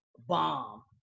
bomb